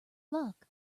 luck